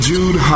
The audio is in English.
Jude